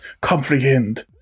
comprehend